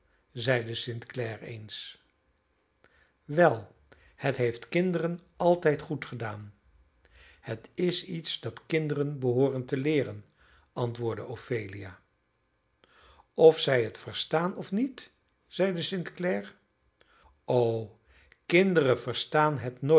zeide st clare eens wel het heeft kinderen altijd goed gedaan het is iets dat kinderen behooren te leeren antwoordde ophelia of zij het verstaan of niet zeide st clare o kinderen verstaan